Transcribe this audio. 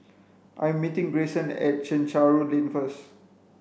I'm meeting Grayson at Chencharu Lane first